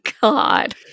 God